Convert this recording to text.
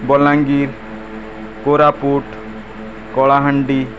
Balangir Koraput Kalahandi